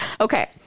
okay